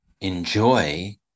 enjoy